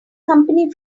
company